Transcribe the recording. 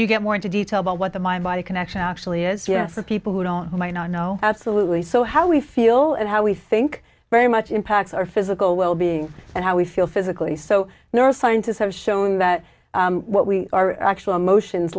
you get more into detail about what the mind body connection actually is yes for people who don't who might not know absolutely so how we feel and how we think very much impacts our physical wellbeing and how we feel physically so there are scientists have shown that what we are actual emotions